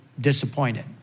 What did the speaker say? disappointed